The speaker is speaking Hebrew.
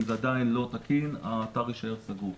אם זה עדיין לא תקין האתר יישאר סגור.